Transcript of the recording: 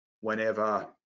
whenever